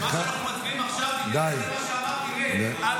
צביעות.